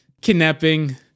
Kidnapping